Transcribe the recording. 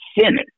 Senate